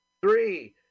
Three